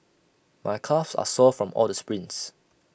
my calves are sore from all the sprints